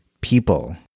people